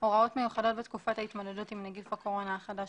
"הוראות מיוחדות בתקופת ההתמודדות עם נגיף הקורונה החדש,